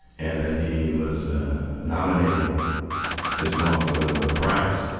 and that he was nominating this monk for the nobel prize.